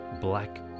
black